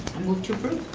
move to approve.